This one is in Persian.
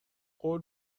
قول